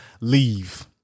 leave